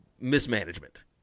mismanagement